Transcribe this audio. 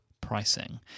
pricing